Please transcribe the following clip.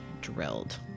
drilled